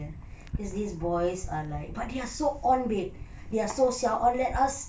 cause these boys are like but they are so on babe they are so siao on let us